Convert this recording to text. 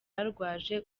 arwaje